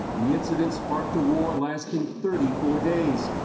the incident sparked a war lasting thirty four days.